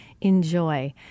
enjoy